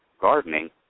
gardening